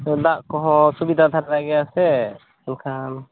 ᱫᱟᱜ ᱠᱚᱦᱚᱸ ᱥᱩᱵᱤᱫᱟ ᱫᱷᱟᱨᱟ ᱜᱮᱭᱟ ᱥᱮ ᱮᱱᱠᱷᱟᱱ